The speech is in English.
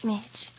Mitch